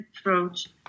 approach